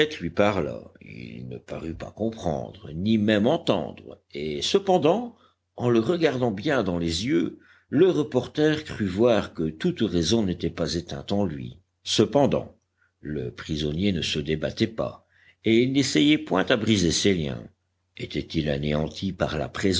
lui parla il ne parut pas comprendre ni même entendre et cependant en le regardant bien dans les yeux le reporter crut voir que toute raison n'était pas éteinte en lui cependant le prisonnier ne se débattait pas et il n'essayait point à briser ses liens était-il anéanti par la